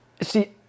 see